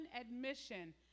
admission